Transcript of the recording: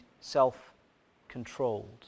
self-controlled